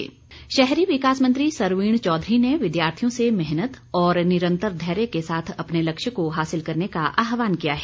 सरवीण शहरी विकास मंत्री सरवीण चौधरी ने विद्यार्थियों से मेहनत और निरंतर धैर्य के साथ अपने लक्ष्य को हासिल करने का आहवान किया है